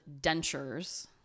dentures